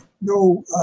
No